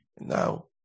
now